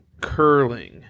curling